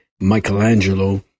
Michelangelo